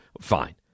Fine